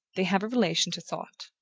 they have a relation to thought.